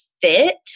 fit